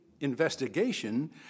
investigation